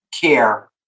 care